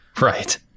Right